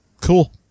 Cool